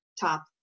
top